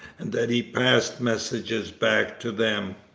and that he passed messages back to them.